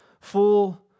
full